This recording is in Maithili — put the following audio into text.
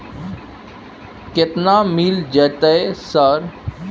केतना मिल जेतै सर?